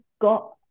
got